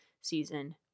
season